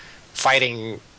fighting